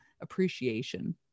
appreciation